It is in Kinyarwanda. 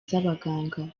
z’abaganga